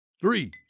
three